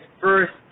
first